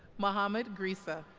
mohamed grissa